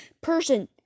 person